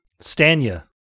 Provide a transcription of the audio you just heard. Stanya